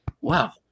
wow